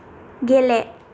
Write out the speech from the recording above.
गेले